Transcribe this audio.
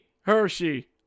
Hershey